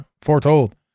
foretold